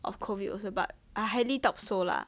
of COVID also but I highly doubt so lah